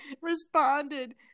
responded